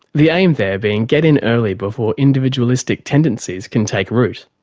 the aim there being get in early before individualistic tendencies can take root.